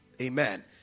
amen